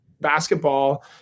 basketball